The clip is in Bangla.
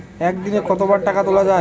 একদিনে কতবার টাকা তোলা য়ায়?